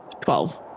Twelve